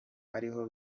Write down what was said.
ariho